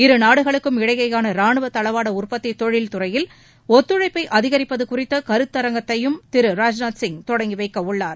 இருநாடுகளுக்கும் இடையேயான ரானுவத் தளவாட உற்பத்தித் தொழில் துறையில் ஒத்துழைப்பை அதிகரிப்பது குறித்த கருத்தரங்கத்தையும் திரு ராஜ்நாத் சிங் தொடங்கி வைக்க உள்ளார்